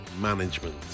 Management